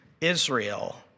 Israel